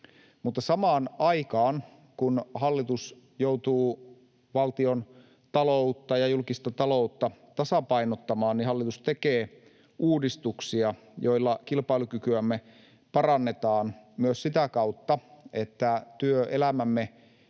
samaan aikaan, kun hallitus joutuu valtiontaloutta ja julkista taloutta tasapainottamaan, hallitus tekee uudistuksia, joilla kilpailukykyämme parannetaan myös sitä kautta, että työelämämme